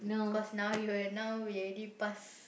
cause now you will now we already pass